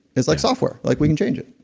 it's like software. like we can change it